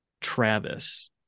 Travis